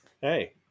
Hey